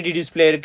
display